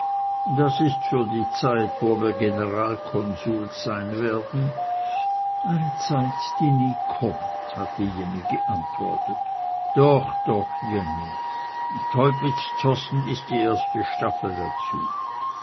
das ist für die zeit wo wir generalkonsuls sein werden eine zeit die nie kommt hatte jenny geantwortet doch doch jenny teupitz zossen ist die erste staffel dazu